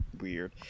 weird